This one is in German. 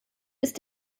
ist